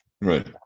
right